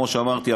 כמו שאמרתי,